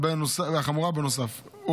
בנוסף,